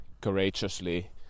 courageously